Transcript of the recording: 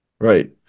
Right